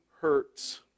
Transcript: hurts